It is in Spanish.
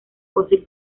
fósil